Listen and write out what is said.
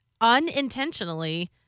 unintentionally